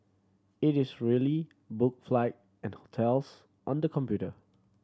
it is really book flight and hotels on the computer